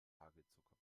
hagelzucker